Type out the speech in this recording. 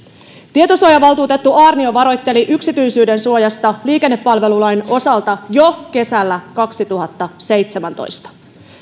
tietosuojavaltuutettu aarnio varoitteli yksityisyydensuojasta liikennepalvelulain osalta jo kesällä kaksituhattaseitsemäntoista